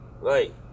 Right